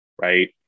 right